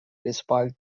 despite